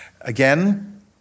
Again